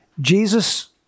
Jesus